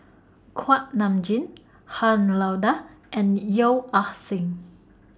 Kuak Nam Jin Han Lao DA and Yeo Ah Seng